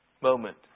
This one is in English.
moment